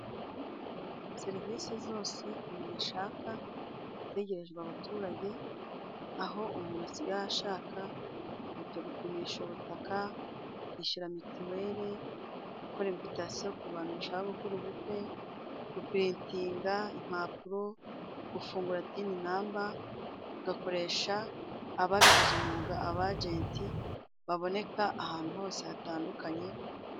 Ubu serivisi zose umuntu ashaka zegerejwe abaturage aho umuntu asigaye ashaka: kujya gupimisha ubutaka, kwishyura mituwele, gukora imvitatiyo ku bantu bashaka gukora ubukwe, gupuritinga impapuro, gufungura tini namba, ugakoresha ababigize umwuga abajenti baboneka ahantu hose hatandukanye.